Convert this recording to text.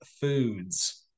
foods